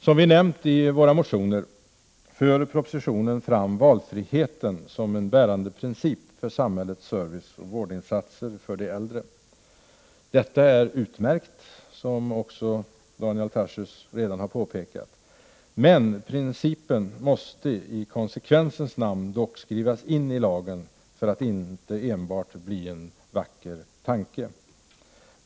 Som vi nämnt i våra motioner för propositionen fram valfriheten som en bärande princip för samhällets serviceoch vårdinsatser för de äldre. Detta är utmärkt, vilket Daniel Tarschys redan har påpekat. Men principen måste dock i konsekvensens namn skrivas in i lagtexten för att inte enbart förbli en vacker tanke.